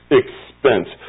expense